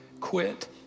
quit